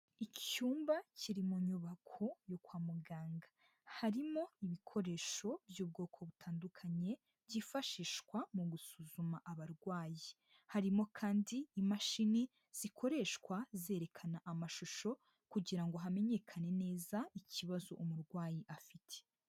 Icyumba kiri mu nyubako yo kwa muganga, harimo ibikoresho by'ubwoko butandukanye byifashishwa mu gusuzuma abarwayi, harimo kandi imashini zikoreshwa zerekana amashusho kugira ngo hamenyekane neza ikibazo umurwayi afite.